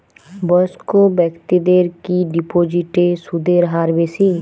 বয়স্ক ব্যেক্তিদের কি ডিপোজিটে সুদের হার বেশি?